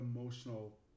emotional